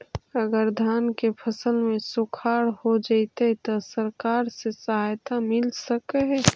अगर धान के फ़सल में सुखाड़ होजितै त सरकार से सहायता मिल सके हे?